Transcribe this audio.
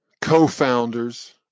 co-founders